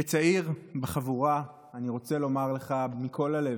כצעיר בחבורה אני רוצה לומר לך מכל הלב: